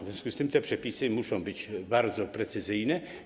W związku z tym te przepisy muszą być bardzo precyzyjne.